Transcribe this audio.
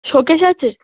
show case আছে